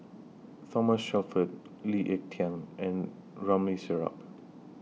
Thomas Shelford Lee Ek Tieng and Ramli Sarip